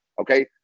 okay